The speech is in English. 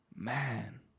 Man